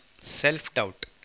self-doubt